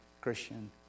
Christian